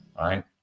right